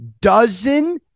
dozen